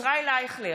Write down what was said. (קוראת בשמות חברי הכנסת) ישראל אייכלר,